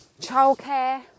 childcare